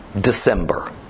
December